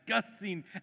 disgusting